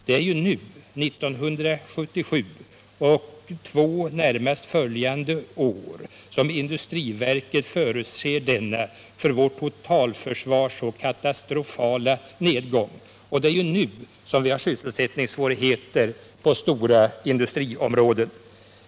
Det är ju nu, under 1977, och under de två närmast följande åren som industriverket förutser denna för vårt totalförsvar så katastrofala nedgång. Och det är ju nu vi har sysselsättningssvårigheter inom stora industriområden.